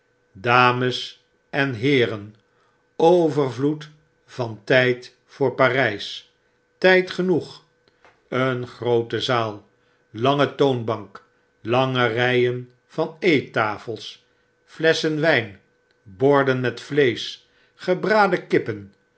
dames en heeren overvloed van tyd voor parp tijd genoeg een groote zaal lange toonbarik lange rgen van eettafels flesschen wyn borden met vleesch gebraden kippen